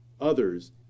others